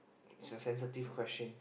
it's a sensitive question